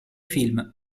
film